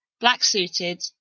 black-suited